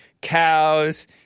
cows